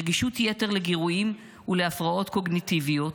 רגישות יתר לגירויים ולהפרעות קוגניטיביות,